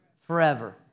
forever